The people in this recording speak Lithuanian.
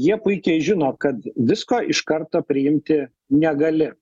jie puikiai žino kad visko iš karto priimti negali